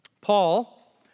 Paul